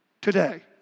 today